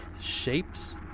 shapes